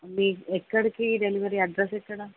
మీ ఎక్కడికి delivery address ఎక్కడ